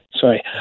Sorry